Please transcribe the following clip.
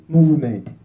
Movement